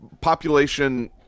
population